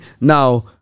Now